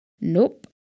Nope